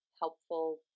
helpful